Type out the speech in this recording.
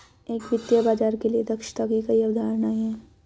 एक वित्तीय बाजार के लिए दक्षता की कई अवधारणाएं हैं